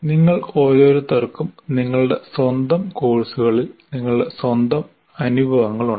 നിങ്ങൾ ഓരോരുത്തർക്കും നിങ്ങളുടെ സ്വന്തം കോഴ്സുകളിൽ നിങ്ങളുടെ സ്വന്തം അനുഭവങ്ങളുണ്ട്